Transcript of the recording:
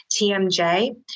TMJ